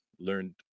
learned